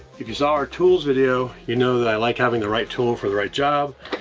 if you saw our tools video, you know that i like having the right tool for the right job.